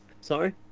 Sorry